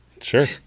Sure